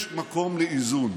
יש מקום לאיזון,